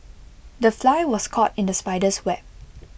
the fly was caught in the spider's web